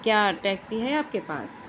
کیا ٹیکسی ہے آپ کے پاس